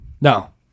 no